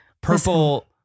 purple